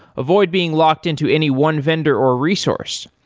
avoid being locked into any one vendor or resource.